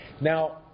Now